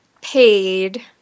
paid